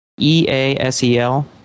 E-A-S-E-L